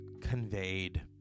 conveyed